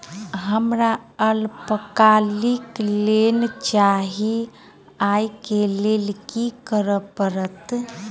हमरा अल्पकालिक लोन चाहि अई केँ लेल की करऽ पड़त?